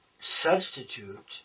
substitute